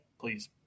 Please